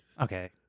Okay